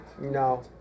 no